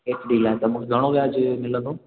FD लाइ त मूंखे घणो व्याजु मिलंदो